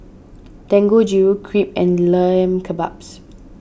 Dangojiru Crepe and Lamb Kebabs